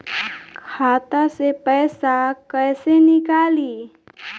खाता से पैसा कैसे नीकली?